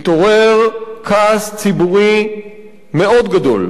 התעורר כעס ציבורי מאוד גדול,